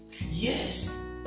Yes